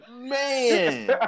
Man